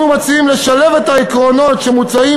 אנחנו מציעים לשלב את העקרונות שמוצעים